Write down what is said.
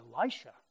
Elisha